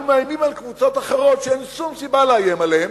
אנחנו מאיימים על קבוצות אחרות שאין שום סיבה לאיים עליהן,